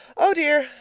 oh, dear!